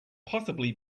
possibly